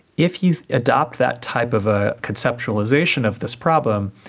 if you adopt that type of a conceptualisation of this problem,